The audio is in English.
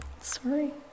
sorry